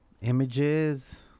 Images